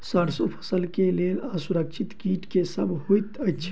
सैरसो फसल केँ लेल असुरक्षित कीट केँ सब होइत अछि?